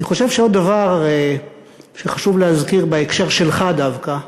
אני חושב שעוד דבר שחשוב להזכיר, בהקשר שלך דווקא,